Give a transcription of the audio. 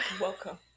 Welcome